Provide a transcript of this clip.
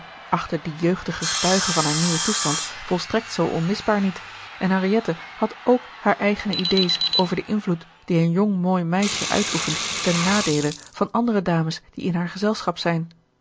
tonnette jeugdige getuige van haar nieuwen toestand volstrekt zoo onmisbaar niet en henriette had ook hare eigene idées over den invloed die een jong mooi meisje uitoefent ten nadeele van andere dames die in haar gezelschap zijn